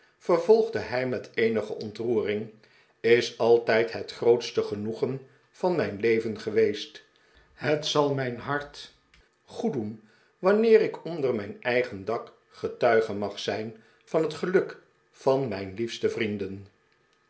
vervolgde hij met eenige ontroering is altijd het grootste genoegen van mijn leven geweest het zal mijn hart goeddoen wanneer ik onder mijn eigen dak getuige mag zijn van het geluk van mijn liefste vrienden